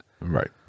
Right